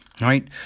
right